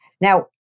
Now